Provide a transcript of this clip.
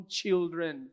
children